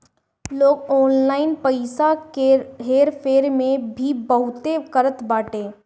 लोग ऑनलाइन पईसा के हेर फेर भी बहुत करत बाटे